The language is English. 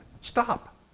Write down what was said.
Stop